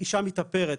אישה מתאפרת,